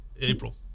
April